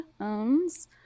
owns